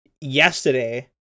yesterday